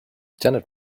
janet